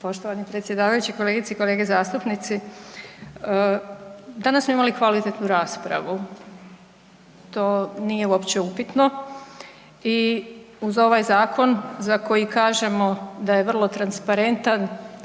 Poštovani predsjedavajući, kolegice i kolege zastupnici. Danas smo imali kvalitetnu raspravu, to nije uopće upitno i uz ovaj zakon za koji kažemo da je vrlo transparentan,